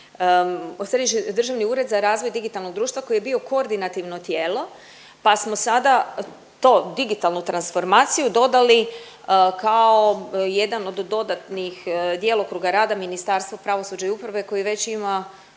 Središnji državni ured za razvoj digitalnog društva koji je bio koordinativno tijelo, pa smo sada to digitalnu transformaciju dodali kao jedan od dodatnih djelokruga rada Ministarstva pravosuđa i uprave koje već ima